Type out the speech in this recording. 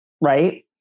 Right